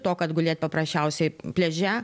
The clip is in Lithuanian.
to kad gulėt paprasčiausiai pliaže